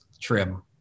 trim